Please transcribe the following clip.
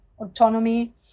autonomy